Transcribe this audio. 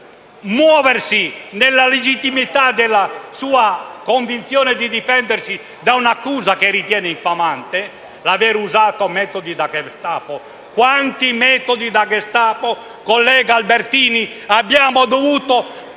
muoversi nella legittimità della sua condizione di difendersi da un'accusa che ritiene infamante (l'avere usato metodi da Gestapo: quanti metodi da Gestapo, collega Albertini, abbiamo dovuto